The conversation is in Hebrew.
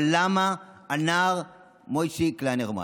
אבל למה על הנער מוישי קליינרמן,